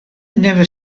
never